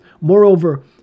Moreover